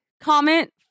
comment